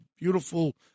beautiful